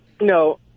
No